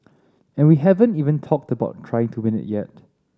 and we haven't even talked about trying to win it yet